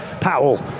Powell